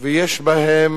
ויש בהם